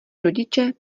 rodiče